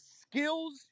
skills